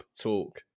talk